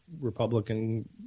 Republican